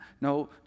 no